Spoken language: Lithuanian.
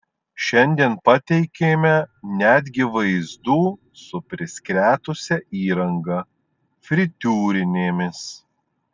šiandien pateikėme netgi vaizdų su priskretusia įranga fritiūrinėmis